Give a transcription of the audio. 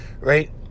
right